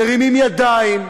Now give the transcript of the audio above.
מרימים ידיים,